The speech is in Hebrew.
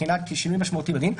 מבחינת שינוי משמעותי בדין,